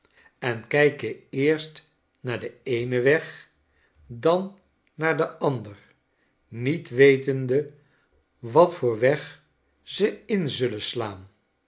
en kijken eerst naar den eenen weg dan naar den ander niet wetende wat voor weg ze in zullen slaan